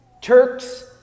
Turks